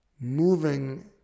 moving